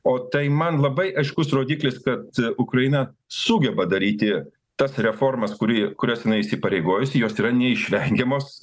o tai man labai aiškus rodiklis kad ukraina sugeba daryti tas reformas kurį kurias jinai įsipareigojusi jos yra neišvengiamos